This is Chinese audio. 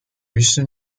于是